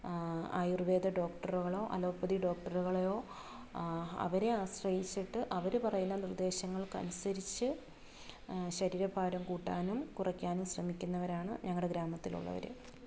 ആയുർവേദ ഡോക്ടറുകളോ അലോപ്പതി ഡോക്ടറുകളേയോ അവരെ ആശ്രയിച്ചിട്ട് അവർ പറയുന്ന നിർദ്ദേശങ്ങൾക്കനുസരിച്ച് ശരീരഭാരം കൂട്ടാനും കുറക്കാനും ശ്രമിക്കുന്നവരാണ് ഞങ്ങളുടെ ഗ്രാമത്തിലുള്ളവർ